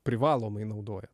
privalomai naudojat